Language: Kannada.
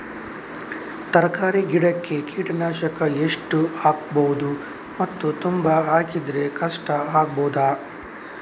ತರಕಾರಿ ಗಿಡಕ್ಕೆ ಕೀಟನಾಶಕ ಎಷ್ಟು ಹಾಕ್ಬೋದು ಮತ್ತು ತುಂಬಾ ಹಾಕಿದ್ರೆ ಕಷ್ಟ ಆಗಬಹುದ?